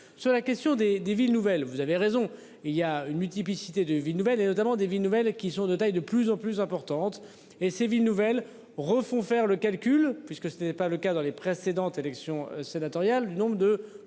sur la question des des villes nouvelles, vous avez raison, il y a une multiplicité de villes nouvelles, et notamment des villes nouvelles qui sont de taille de plus en plus importante et ces villes nouvelles refont faire le calcul puisque ce n'est pas le cas dans les précédentes élections sénatoriales du nombre de